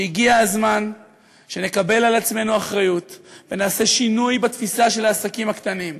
שהגיע הזמן שנקבל על עצמנו אחריות ונעשה שינוי בתפיסה של העסקים הקטנים.